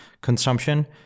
consumption